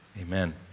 Amen